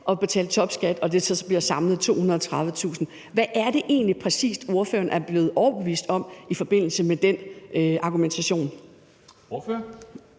at betale topskat, der så samlet bliver 230.000. Hvad er det egentlig præcis, ordføreren er blevet overbevist om og bekræftet i i forbindelse med den argumentation? Kl.